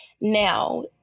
Now